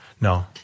No